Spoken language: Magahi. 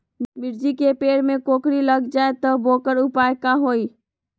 मिर्ची के पेड़ में कोकरी लग जाये त वोकर उपाय का होई?